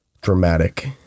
dramatic